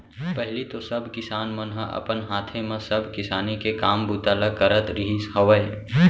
पहिली तो सब किसान मन ह अपन हाथे म सब किसानी के काम बूता ल करत रिहिस हवय